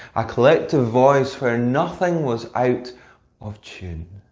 a collective voice where nothing was out of tune!